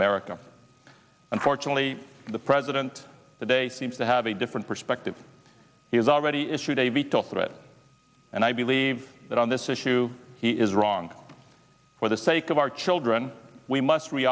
america unfortunately the president today seems to have a different perspective he has already issued a veto threat and i believe that on this issue he is wrong for the sake of our children we must